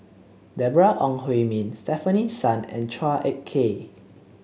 Deborah Ong Hui Min Stefanie Sun and Chua Ek Kay